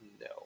No